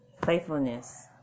Playfulness